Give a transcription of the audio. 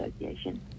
Association